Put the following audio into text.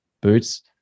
boots